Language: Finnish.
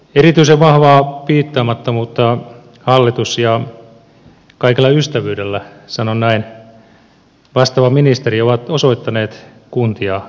erityisen vahvaa piittaamattomuutta hallitus ja kaikella ystävyydellä sanon näin vastaava ministeri ovat osoittaneet kuntia kohtaan